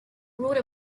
wrote